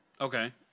Okay